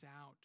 out